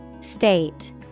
State